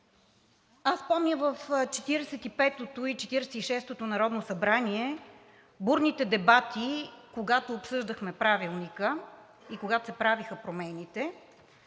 Аз помня в 45-ото и 46-ото народно събрание бурните дебати, когато обсъждахме Правилника и когато се правиха промените.